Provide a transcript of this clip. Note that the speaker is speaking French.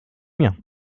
mien